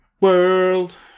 world